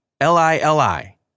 L-I-L-I